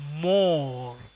more